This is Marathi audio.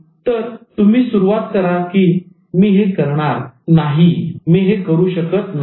तर तुम्ही सुरुवात कराल की मी हे करणार नाही मी हे करू शकत नाही